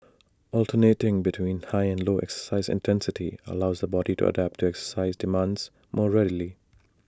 alternating between high and low exercise intensity allows the body to adapt to exercise demands more readily